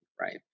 right